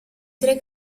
tre